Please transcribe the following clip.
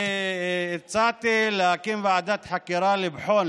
אני הצעתי להקים ועדת חקירה לבחון,